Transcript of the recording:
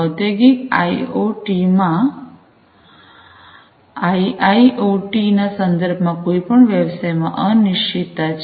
ઔધોગિક આઇઓટી માં આઇઆઈઓટી ના સંદર્ભમાં કોઈ પણ વ્યવસાયમાં અનિશ્ચિતતા છે